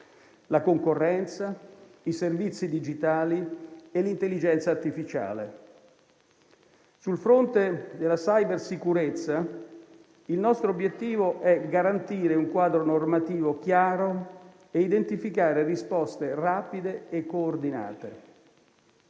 la concorrenza, i servizi digitali e l'intelligenza artificiale. Sul fronte della cybersicurezza, il nostro obiettivo è garantire un quadro normativo chiaro e identificare risposte rapide e coordinate.